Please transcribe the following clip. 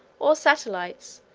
or satellites,